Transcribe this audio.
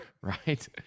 Right